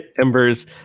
Ember's